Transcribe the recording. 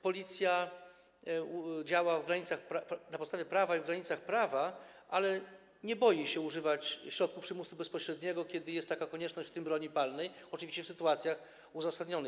Policja działa na podstawie prawa i w granicach prawa, ale nie boi się używać środków przymusu bezpośredniego, kiedy jest taka konieczność, w tym broni palnej, oczywiście w sytuacjach uzasadnionych.